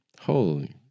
Holy